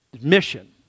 mission